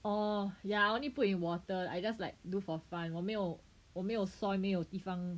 oh ya I only put in water I just like do for fun 我没有我没有 soil 没有地方